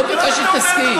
לא ביקשתי שתסכים.